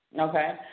Okay